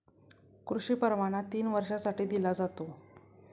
कृषी परवाना तीन वर्षांसाठी दिला जातो